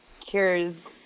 cures